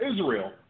Israel